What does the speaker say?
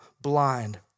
blind